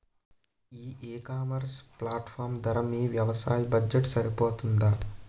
ఈ ecommerce platform ధర మీ వ్యవసాయ బడ్జెట్ సరిపోతుందా?